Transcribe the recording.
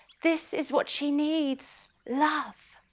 this is what she needs, love.